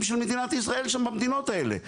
של מדינת ישראל שם במדינות האלה,